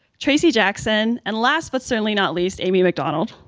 tracy jackson. and last but certainly not least, amy mcdonald.